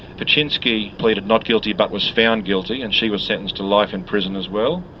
ptaschinski pleaded not guilty but was found guilty, and she was sentenced to life in prison as well.